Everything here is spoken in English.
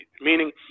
Meaning